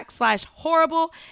horrible